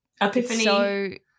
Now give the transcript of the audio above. epiphany